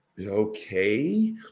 Okay